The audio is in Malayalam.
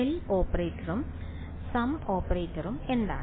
എൽ ഓപ്പറേറ്ററും സം ഓപ്പറേറ്ററും എന്താണ്